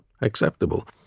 acceptable